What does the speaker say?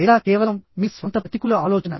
లేదా కేవలం మీ స్వంత ప్రతికూల ఆలోచన